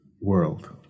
world